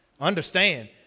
Understand